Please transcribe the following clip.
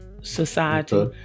society